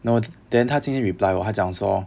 no then 他今天 reply 我他讲说